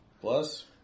Plus